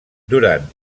durant